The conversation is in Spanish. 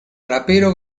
rapero